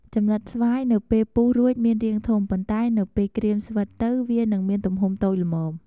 ចំំណិតស្វាយនៅពេលពុះរួចមានរាងធំ ប៉ុន្ដែនៅពេលក្រៀមស្វិតទៅវានឹងមានទំហំតូចល្មម។